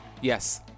Yes